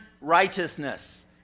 righteousness